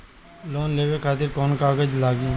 Loan लेवे खातिर कौन कौन कागज लागी?